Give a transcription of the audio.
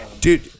Dude